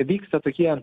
vyksta tokie